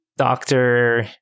Doctor